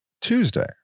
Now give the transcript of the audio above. Tuesday